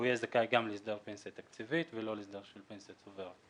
הוא יהיה זכאי גם להסדר פנסיה תקציבית ולא להסדר של פנסיה צוברת.